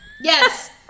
Yes